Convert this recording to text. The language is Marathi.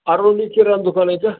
आरूनी किराणा दुकान आहे का